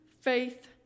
faith